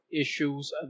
issues